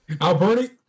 alberti